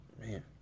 Man